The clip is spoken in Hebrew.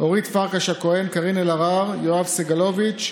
אורית פרקש הכהן, קארין אלהרר, יואב סגלוביץ'